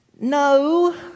No